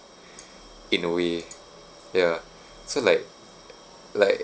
in a way ya so like like